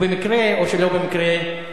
ובמקרה או שלא במקרה,